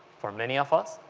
for many of us,